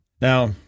Now